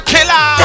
Killer